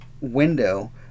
window